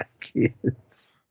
Kids